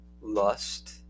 lust